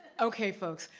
okay folks,